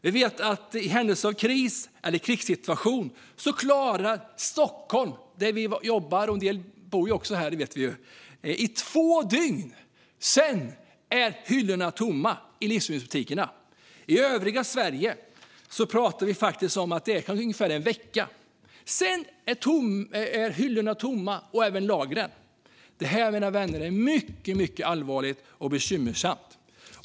Vi vet att i händelse av kris eller krigssituation klarar sig Stockholm, där vi jobbar och en del av oss bor, i två dygn. Sedan är hyllorna i livsmedelsbutikerna tomma. I övriga Sverige pratar vi om ungefär en vecka - sedan är hyllorna och även lagren tomma. Detta, mina vänner, är mycket allvarligt och bekymmersamt.